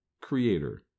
creator